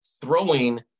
throwing